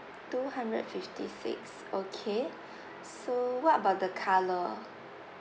two hundred fifty six okay so what about the colour